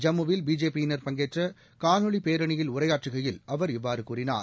ஜம்மு வில் பிஜேபி யினர் பங்கேற்ற காணொலி பேரணியில் உரையாற்றகையில் அவர் இவ்வாறு கூறினார்